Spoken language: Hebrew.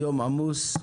יום עמוס.